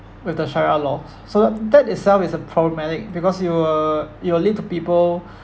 with the sharia law so so that itself is uh problematic because you will you will lead to people